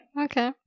Okay